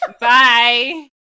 Bye